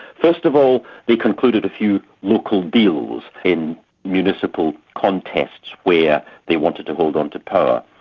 first of all, they concluded a few local deals in municipal contests where they wanted to hold on to power.